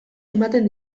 ematen